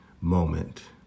moment